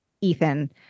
Ethan